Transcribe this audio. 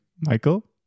Michael